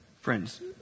Friends